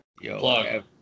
Yo